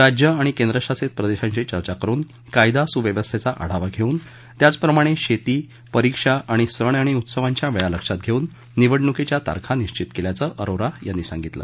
राज्यं आणि केंद्रशासित प्रदेशांशी चर्चा करून कायदा सृव्यवस्थेचा आढावा घेऊन त्याचप्रमाणे शेती परीक्षा आणि सण आणि उत्सवांच्या वेळा लक्षात घेऊन निवडण्कीच्या तारखा निश्चित केल्याचं अरोरा यांनी सांगितलं